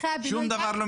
שום דבר לא מקודם.